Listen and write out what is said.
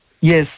Yes